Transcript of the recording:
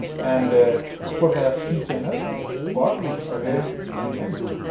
and of course, i have three channels for ah red, green and blue.